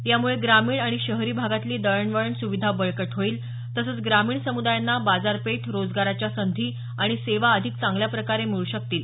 यामुळे ग्रामीण आणि शहरी भागातली दळणवळण सुविधा बळकट होईल तसंच ग्रामीण समुदायांना बाजारपेठ रोजगाराच्या संधी आणि सेवा अधिक चांगल्याप्रकारे मिळू शकतील